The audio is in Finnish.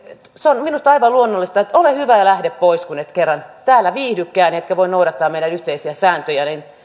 se on minusta aivan luonnollista ole hyvä ja lähde pois kun et kerran täällä viihdykään etkä voi noudattaa meidän yhteisiä sääntöjämme niin